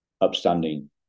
upstanding